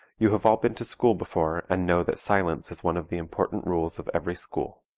you have all been to school before and know that silence is one of the important rules of every school.